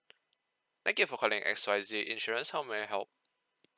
thank you for calling X Y Z insurance how may I help